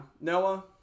Noah